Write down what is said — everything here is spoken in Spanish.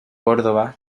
córdoba